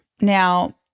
Now